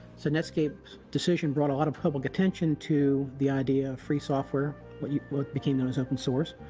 so netscape's decision brought a lot of public attention to the idea of free software, what what became known as open source,